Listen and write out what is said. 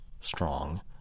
strong